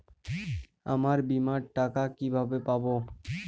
আমার বীমার টাকা আমি কিভাবে পাবো?